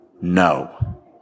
No